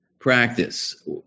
practice